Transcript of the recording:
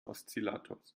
oszillators